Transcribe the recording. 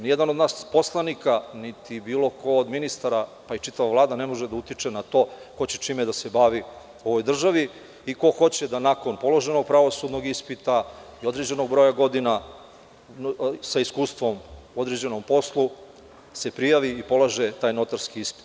Nijedan od nas poslanika, niti bilo ko od ministara pa i čitava Vlada ne može da utiče na to ko će čime da se bavi u ovoj državi i ko će da nakon položenog pravosudnog ispita i određenog broja godina sa iskustvom u određenom poslu se prijavi i polaže taj notarski ispit.